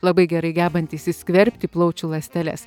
labai gerai gebantį įsiskverbti į plaučių ląsteles